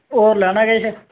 होर लैना किश